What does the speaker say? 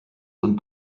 und